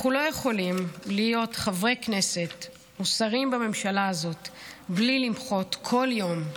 אנחנו לא יכולים להיות חברי כנסת או שרים בממשלה הזאת בלי למחות כל יום,